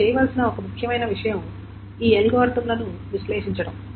ఇప్పుడు చేయవలసిన ఒక ముఖ్యమైన విషయం ఈ అల్గోరిథంలను విశ్లేషించడం